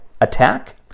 Attack